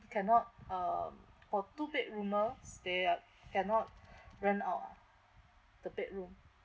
cannot um for two bedroomers they uh cannot rent out ah the bedroom